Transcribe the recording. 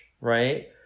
right